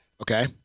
Okay